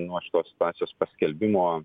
nuo šitos situacijos paskelbimo